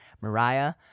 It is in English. Mariah